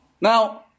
Now